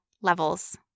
levels